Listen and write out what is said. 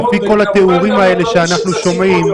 לפי כל התיאורים האלה שאנחנו שומעים